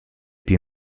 più